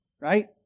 right